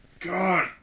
God